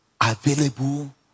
available